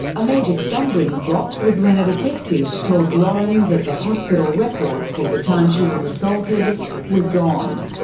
a major stumbling block was when a detective told lauren that the hospital records from the time she was assaulted were gone.